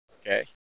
Okay